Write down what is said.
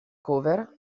cover